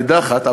נידחת,